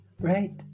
Right